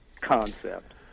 concept